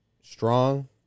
strong